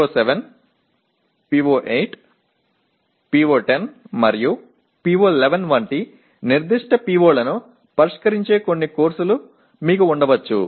PO7 PO8 PO10 మరియు PO11 వంటి నిర్దిష్ట PO లను పరిష్కరించే కొన్ని కోర్సులు మీకు ఉండవచ్చు